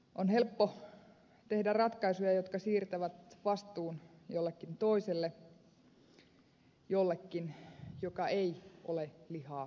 on helppo tehdä ratkaisuja jotka siirtävät vastuun jollekin toiselle jollekin joka ei ole lihaa ja verta